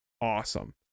awesome